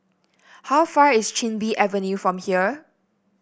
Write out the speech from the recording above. how far is Chin Bee Avenue from here